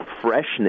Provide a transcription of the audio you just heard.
freshness